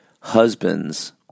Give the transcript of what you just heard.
husbands